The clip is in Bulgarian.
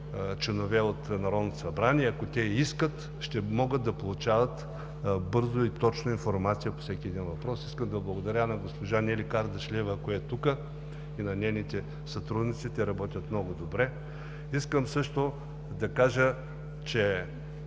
членове от Народното събрание. Ако те искат, ще могат да получават бързо и точно информация по всеки един въпрос. Искам да благодаря на госпожа Нели Кардашлиева, ако е тук, и на нейните сътрудници. Те работят много добре. Искам също да кажа, че